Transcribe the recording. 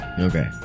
Okay